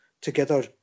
together